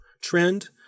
trend